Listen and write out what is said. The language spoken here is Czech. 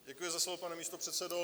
Děkuji za slovo, pane místopředsedo.